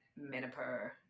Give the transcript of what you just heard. Minipur